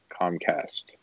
Comcast